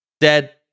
Dead